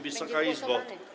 Wysoka Izbo!